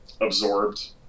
absorbed